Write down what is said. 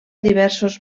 diversos